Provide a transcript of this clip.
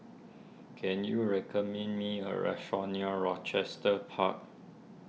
can you recommend me a restaurant near Rochester Park